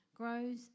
Grows